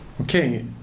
Okay